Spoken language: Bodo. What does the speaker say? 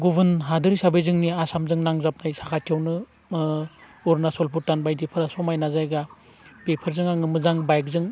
गुबुन हादोर हिसाबै जोंनि आसामजों नांजाबनाय साखाथियावनो अरुनाचल भुटान बायदिफोरा समायना जायगा बेफोरजों आं मोजां बाइकजों